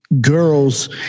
girls